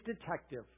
detective